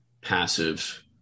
passive